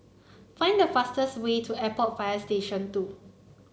find the fastest way to Airport Fire Station Two